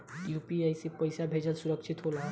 UPI से पैसा भेजल सुरक्षित होला का?